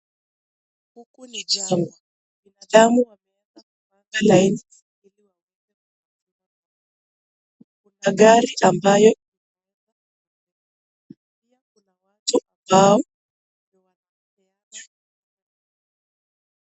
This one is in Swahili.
Huku ni jangwa, binadamu wameeza kupanga laini ili wapate maji, kuna gari ambayo iko huko mbele, pia kuna watu ambao wameinama.